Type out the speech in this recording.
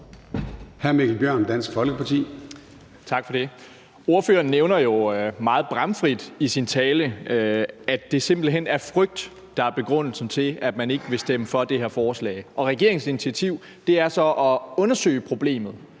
Mikkel Bjørn (DF): Tak for det. Ordføreren nævner jo meget bramfrit i sin tale, at det simpelt hen er frygt, der er begrundelsen for, at man ikke vil stemme for det her forslag, og regeringens initiativ er så at undersøge problemet.